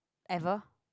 ever